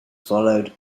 followed